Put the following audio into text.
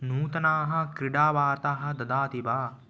नूतनाः क्रिडावार्ताः ददाति वा